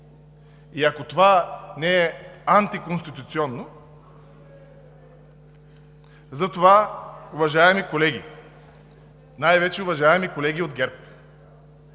Ако това не е антиконституционно?! Затова, уважаеми колеги, най-вече уважаеми колеги от ГЕРБ,